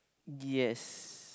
yes